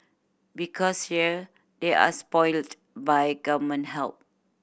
because here they are spoilt by Government help